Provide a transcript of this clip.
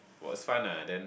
it was fun ah then